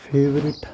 favourite